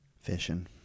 Fishing